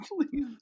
Please